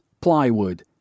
plywood